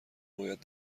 باید